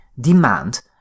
demand